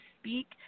speak